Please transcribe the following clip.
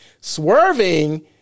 Swerving